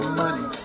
money